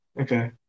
okay